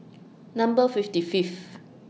Number fifty Fifth